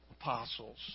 apostles